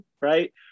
right